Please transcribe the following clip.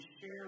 share